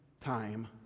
time